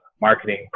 marketing